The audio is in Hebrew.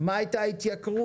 מה הייתה ההתייקרות